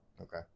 Okay